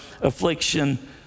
affliction